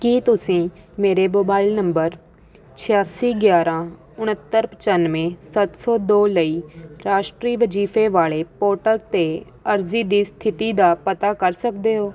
ਕੀ ਤੁਸੀਂ ਮੇਰੇ mobile number ਛਿਆਸੀ ਗਿਆਰਾਂ ਉਣੱਤਰ ਪਚਾਨਵੇਂ ਸੱਤ ਸੌ ਦੋ ਲਈ ਰਾਸ਼ਟਰੀ ਵਜੀਫੇ ਵਾਲੇ ਪੋਰਟਲ 'ਤੇ ਅਰਜ਼ੀ ਦੀ ਸਥਿਤੀ ਦਾ ਪਤਾ ਕਰ ਸਕਦੇ ਹੋ